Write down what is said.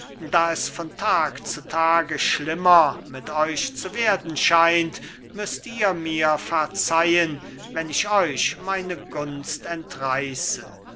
da es von tag zu tage schlimmer mit euch zu werden scheint müßt ihr mir verzeihen wenn ich euch meine gunst entreiße